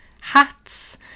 hats